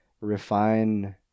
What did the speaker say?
refine